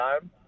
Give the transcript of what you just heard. time